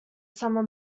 summer